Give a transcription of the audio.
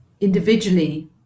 individually